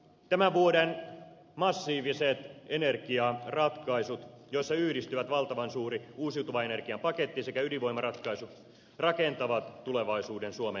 tämän vuoden massiiviset energiaratkaisut joissa yhdistyvät valtavan suuri uusiutuvan energian paketti sekä ydinvoimaratkaisu rakentavat tulevaisuuden suomen käsikirjoitusta